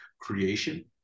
creation